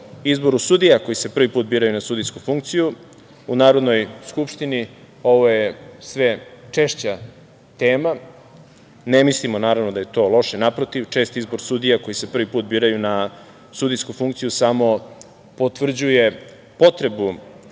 izboru sudija koji se prvi put biraju na sudijsku funkciju, u Narodnoj skupštini ovo je sve češća tema. Ne mislimo da je to loše, naprotiv. Čest izbor sudija koji se prvi biraju na sudijsku funkciju samo potvrđuje potrebu